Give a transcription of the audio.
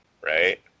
right